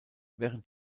während